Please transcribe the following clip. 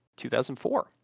2004